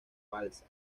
balsa